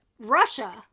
Russia